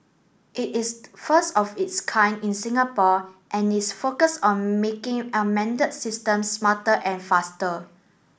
it is the first of its kind in Singapore and is focused on making systems smarter and faster